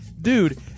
Dude